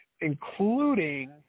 including